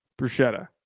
bruschetta